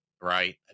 right